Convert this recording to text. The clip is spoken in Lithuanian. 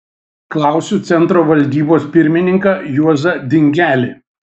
klausiu centro valdybos pirmininką juozą dingelį